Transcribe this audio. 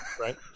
Right